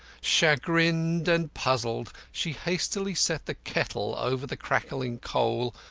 chagrined and puzzled, she hastily set the kettle over the crackling coal,